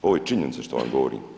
Ovo je činjenica što vam govorim.